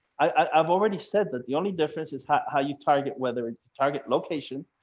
i've already said that the only difference is how how you target whether it's target location,